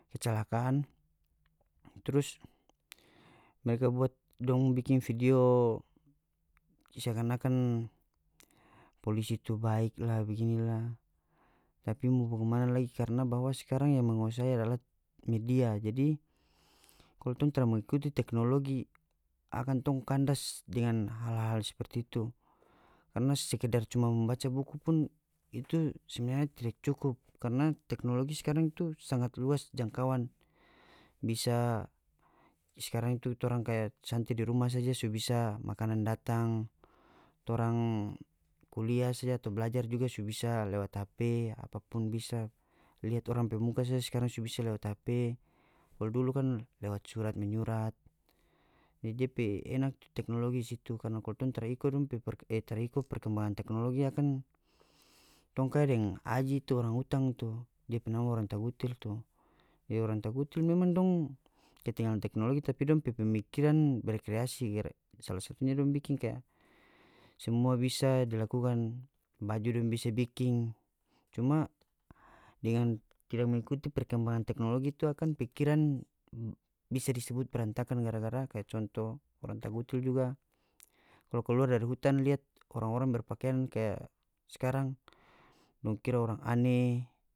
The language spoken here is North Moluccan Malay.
Kecelakaan trus mereka buat dong bikin vidio seakan-akan polisi tu baikla baginila tapi mau bagimana lagi karna bahwa skarang yang menguasai adalah media jadi kalu tong tara mengikuti teknologi akan tong kandas dengan hal-hal seperti itu karna sekedar cuma membaca buku pun itu sebenarnya tidak cukup karna teknologi skarang itu sangat luas jangakuan bisa skarang itu torang kaya santai di ruma saja so bisa makanan datang torang kulia saja atau belajar juga su bisa lewat hp apapun bisa liat orang pe muka saja skarang so bisa lewat hp kalu dulu kan lewat surat menyurat jadi dia pe enak tu teknologi di situ karna kalu tong tara iko dong pe e tara iko perkembangan teknologi akan tong kaya aji tu orang utang tu dia pe nama orang tagutil tu jadi orang tagutil memang dong ketinggalan teknologi tapi dong pe pemikiran berekreasi sala satunya dong bikin kaya semua bisa dilakukan baju dong bisa bikin cuma dengan tidak mengikuti perkembangan teknologi itu akan pikiran bisa disebut berantakan gara-gara kaya conto orang tagutil juga kalu kaluar dari hutan liat orang-orang berpakaian kaya skarang dong kira orang aneh.